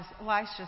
Elisha